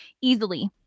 easily